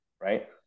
right